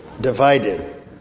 divided